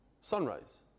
sunrise